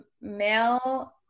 male